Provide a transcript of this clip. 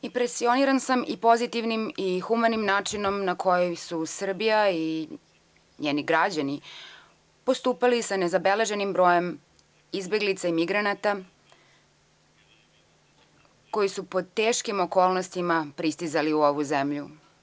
Impresioniran sam i pozitivnim i humanim načinom na koji su Srbija i njeni građani postupali sa nezabeleženim brojem izbeglica i migranata, koji su pod teškim okolnostima pristizali u ovu zemlju.